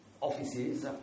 offices